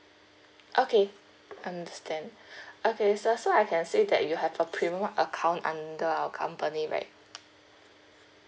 okay understand okay so so I can see that you have a premium account under our company right